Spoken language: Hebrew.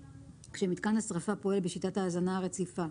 כשמיתקן השריפה פועל בשיטת ההזנה הרציפה,